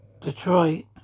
Detroit